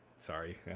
sorry